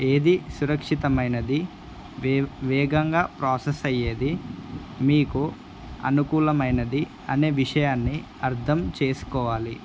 ఏది సురక్షితమైనది వే వేగంగా ప్రాసెస్ అయ్యేది మీకు అనుకూలమైనది అనే విషయాన్ని అర్థం చేసుకోవాలి